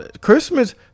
Christmas